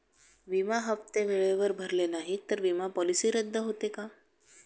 विमा हप्ते वेळेवर भरले नाहीत, तर विमा पॉलिसी रद्द होते का?